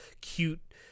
cute